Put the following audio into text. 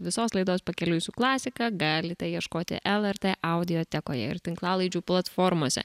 visos laidos pakeliui su klasika galite ieškoti lrt audiotekoje ir tinklalaidžių platformose